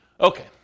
Okay